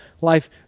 life